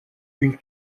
une